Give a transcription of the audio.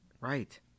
Right